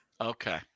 Okay